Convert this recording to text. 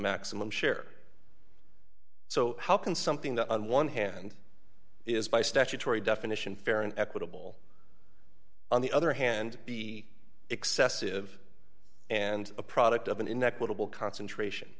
maximum share so how can something that on one hand is by statutory definition fair and equitable on the other hand be excessive and a product of an inequitable concentration